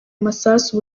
amasasu